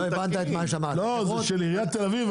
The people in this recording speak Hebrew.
זה משאב ציבורי,